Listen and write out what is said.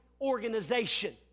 organization